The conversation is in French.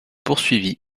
poursuivit